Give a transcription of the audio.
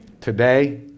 Today